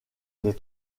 les